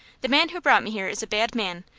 the man who brought me here is a bad man,